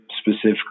specifically